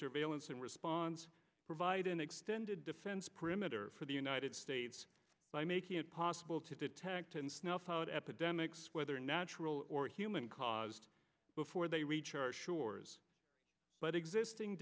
surveillance and response provide an extended defense perimeter for the united states by making it possible to detect and snuff out epidemics whether natural or human caused before they reach our shores but existing